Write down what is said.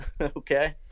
okay